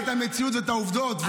אלה העובדות.